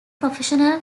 professional